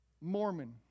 Mormon